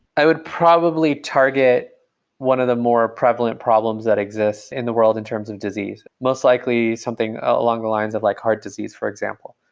i would probably target one of the more prevalent problems that exists in the world in terms of disease. most likely something along the lines of like heart disease, for example.